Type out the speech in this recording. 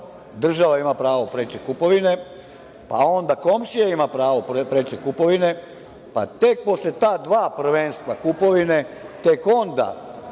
država ima pravo preče kupovine, pa onda komšija ima pravo preče kupovine, pa tek posle ta dva prvenstva kupovine, tek onda